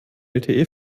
lte